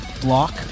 block